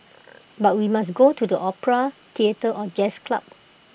but we must go to the opera theatre or jazz club